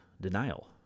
denial